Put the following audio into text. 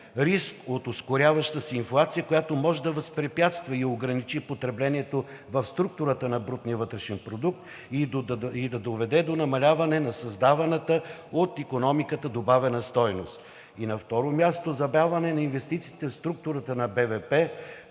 риск от ускоряваща се инфлация, която може да възпрепятства и ограничи потреблението в структурата на брутния вътрешен продукт и да доведе до намаляване на създаваната от икономиката добавена стойност; на второ място, забавяне на инвестициите в структурата на